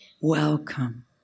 welcome